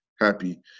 happy